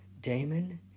Damon